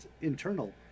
internal